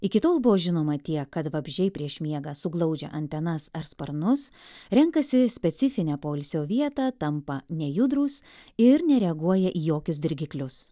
iki tol buvo žinoma tiek kad vabzdžiai prieš miegą suglaudžia antenas ar sparnus renkasi specifinę poilsio vietą tampa nejudrūs ir nereaguoja į jokius dirgiklius